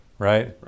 right